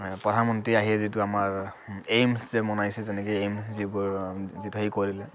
প্ৰধানমন্ত্ৰী আহি যিটো আমাৰ এইমছ যে বনাইছে যেনেকে এইমছ যিবোৰ যিটো হেৰি কৰিলে